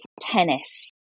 tennis